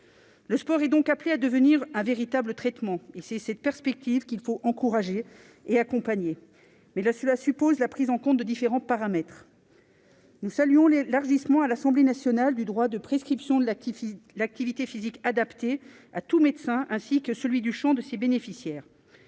Il est donc appelé à devenir un véritable traitement. C'est cette perspective qu'il faut encourager et accompagner. Mais cela suppose la prise en compte de différents paramètres. Nous saluons l'élargissement par l'Assemblée nationale du droit de prescription de l'activité physique adaptée à tout médecin, ainsi que celui du champ des bénéficiaires.